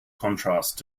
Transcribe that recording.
contrast